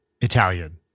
Italian